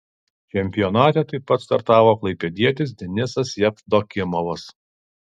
čempionate taip pat startavo klaipėdietis denisas jevdokimovas